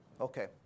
Okay